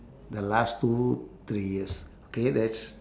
the last two three years okay that's